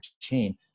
chain